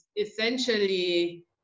essentially